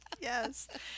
Yes